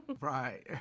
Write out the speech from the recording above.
right